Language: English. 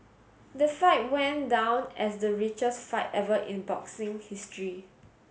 that fight went down as the richest fight ever in boxing history